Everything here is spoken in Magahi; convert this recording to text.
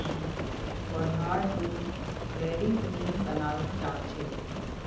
पौधार दुध डेयरीत नी बनाल जाछेक